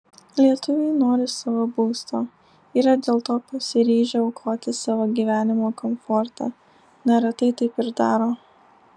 lietuviai nori savo būsto yra dėl to pasiryžę aukoti savo gyvenimo komfortą neretai taip ir daro